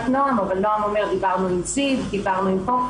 אגב,